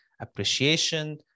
appreciation